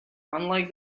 unlike